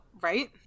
Right